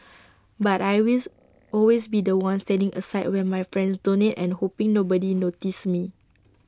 but I with always be The One standing aside when my friends donate and hoping nobody notices me